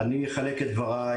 אני אחלק את דבריי.